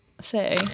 say